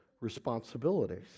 responsibilities